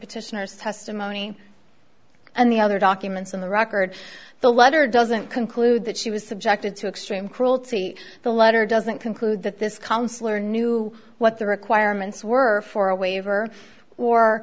petitioners testimony and the other documents in the record the letter doesn't conclude that she was subjected to extreme cruelty the letter doesn't conclude that this counselor knew what the requirements were for a waiver